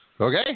Okay